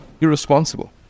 irresponsible